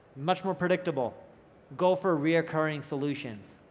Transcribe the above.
much more predictable go for reoccurring solutions,